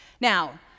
Now